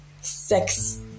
sex